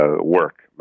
work